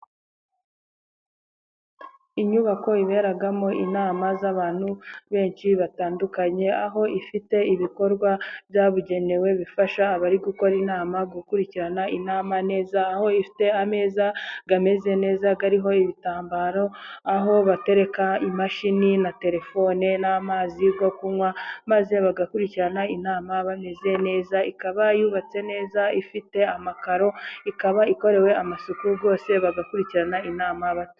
Inyubako iberamo inama, z'abantu benshi batandukanye, aho ifite ibikorwa byabugenewe, bifasha abari gukora inama, bagakurikirana inama neza, aho ifite ameza ameze neza ariho ibitambaro, aho batereka imashini, na telefone n'amazi yo kunywa, maze bagakurikirana inama bameze neza, ikaba yubatse neza ifite amakaro, ikaba ikorewe amasuku rwose, bagakurikirana inama abatu.